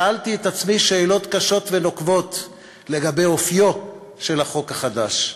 שאלתי את עצמי שאלות קשות ונוקבות לגבי אופיו של החוק החדש.